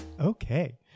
Okay